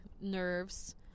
nerves